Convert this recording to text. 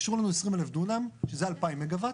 הם אישרו לנו 20,000 דונם שזה 2,000 מגה וואט.